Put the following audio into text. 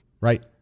Right